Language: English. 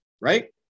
right